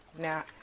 Now